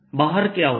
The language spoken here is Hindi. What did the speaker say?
बाहर क्या होगा